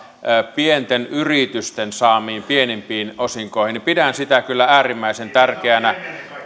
pienten yritysten saamiin pienimpiin osinkoihin niin pidän sitä kyllä äärimmäisen tärkeänä